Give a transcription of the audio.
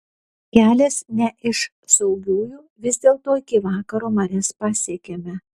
kelias ne iš saugiųjų vis dėlto iki vakaro marias pasiekėme